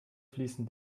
fließen